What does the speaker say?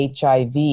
HIV